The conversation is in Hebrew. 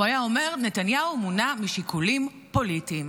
הוא היה אומר: נתניהו מונע משיקולים פוליטיים.